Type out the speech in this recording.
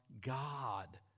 God